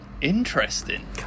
interesting